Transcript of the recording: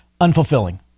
unfulfilling